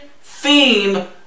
theme